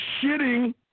shitting